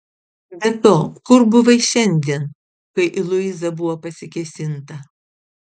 be to kur buvai šiandien kai į luizą buvo pasikėsinta